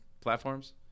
platforms